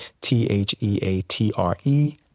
T-H-E-A-T-R-E